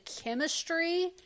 chemistry